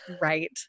Right